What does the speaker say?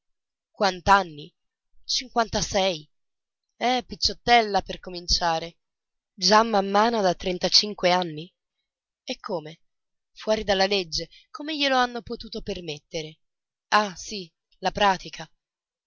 quant'anni cinquantasei eh picciottella per cominciare già mammana da trentacinque anni e come fuori della legge come gliel'hanno potuto permettere ah sì la pratica